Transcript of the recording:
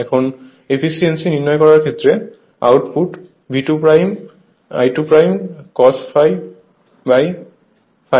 এখন এফিসিয়েন্সি নির্ণয় করার ক্ষেত্রে আউটপুট V2 I2 cos∅∅2